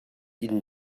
inn